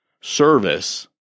service